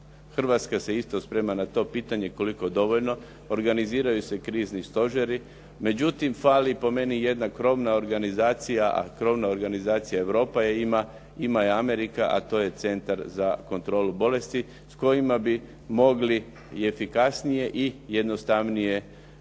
Hrvatska se isto sprema na to pitanje, koliko dovoljno se organiziraju krizni stožeri. Međutim fali po meni jedna krovna organizacija, a krovnu organizaciju Europa ima, ima je Amerika, a to je Centar za kontrolu bolesti s kojima bi mogli i efikasnije i jednostavni je